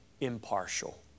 impartial